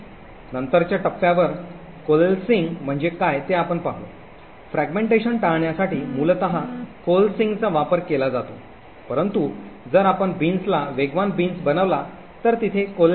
नंतरच्या टप्प्यावर कोलेसेसिंग म्हणजे काय ते आपण पाहू फ्रॅगमेंटेशन टाळण्यासाठी मूलतः कोलेसिंगचा वापर केला जातो परंतु जर आपण बीन्सला वेगवान बीन्स बनवला तर तिथे कोलेसेसिंग नाही